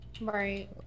right